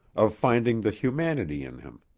of finding the humanity in him.